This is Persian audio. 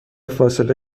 فاصله